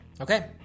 Okay